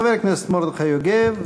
חבר הכנסת מרדכי יוגב,